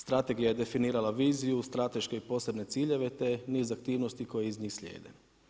Strategija je definirala viziju, strateške i posebne ciljeve te niz aktivnosti koje iz njih slijede.